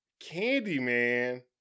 Candyman